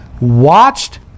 watched